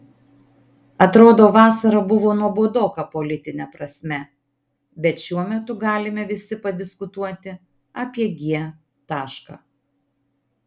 atrodo vasara buvo nuobodoka politine prasme bet šiuo metu galime visi padiskutuoti apie g tašką